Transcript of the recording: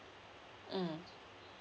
mm